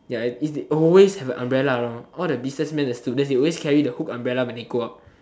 ya it they always have an umbrella around all the businessman the student they always carry the hook umbrella when they go out